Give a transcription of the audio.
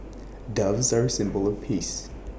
doves are A symbol of peace